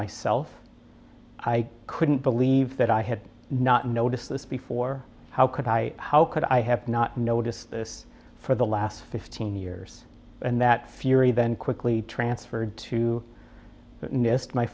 myself i couldn't believe that i had not noticed this before how could i how could i have not noticed this for the last fifteen years and that fury then quickly transferred to nist my